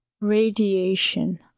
Radiation